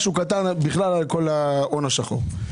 באופן כללי על כל ההון השחור.